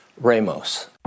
Ramos